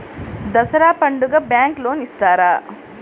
దసరా పండుగ bank loan ఇస్తారా?